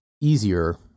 easier